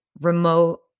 remote